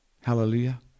Hallelujah